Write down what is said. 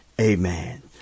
Amen